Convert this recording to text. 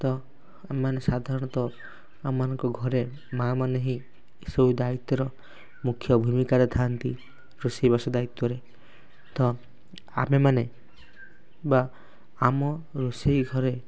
ତ ଆମେମାନେ ସାଧାରଣତଃ ଆମମାନଙ୍କ ଘରେ ମାଁ ମାନେ ହିଁ ଏ ସବୁ ଦାୟିତ୍ୱର ମୁଖ୍ୟ ଭୂମିକାରେ ଥାଆନ୍ତି ରୋଷେଇ ବାସ ଦାୟିତ୍ୱରେ ତ ଆମେମାନେ ବା ଆମ ରୋଷେଇ ଘରେ